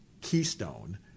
keystone